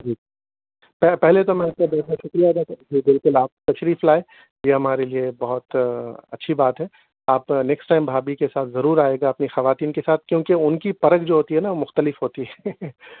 جی پہلے تو میں آپ کا دل سے شکریہ ادا کرتا ہوں جی بالکل کہ آپ تشریف لائے یہ ہمارے لیے بہت اچھی بات ہے آپ نیکسٹ ٹائم بھابھی کے ساتھ ضرور آئیے گا اپنی خواتین کے ساتھ کیونکہ ان کی پرکھ جو ہوتی ہے نہ وہ مختلف ہوتی ہے